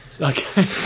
okay